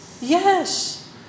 Yes